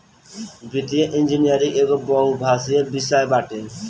वित्तीय इंजनियरिंग एगो बहुभाषी विषय बाटे